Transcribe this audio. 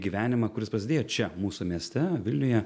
gyvenimą kuris prasidėjo čia mūsų mieste vilniuje